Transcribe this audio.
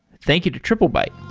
thank you to triplebyte